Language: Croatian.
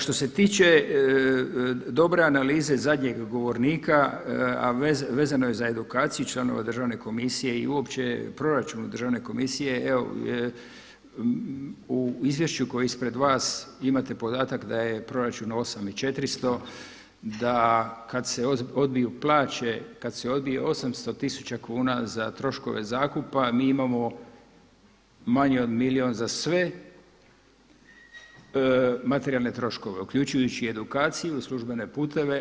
Što se tiče dobre analize zadnjeg govornika, a vezano je za edukaciju članova Državne komisije i uopće proračun Državne komisije je u izvješću koji je ispred vas imate podatak da je proračun 8400, da kad se odbiju plaće, kad se odbije 800000 kuna za troškove zakupa mi imamo manje od milijun za sve materijalne troškove uključujući i edukaciju, službene puteve.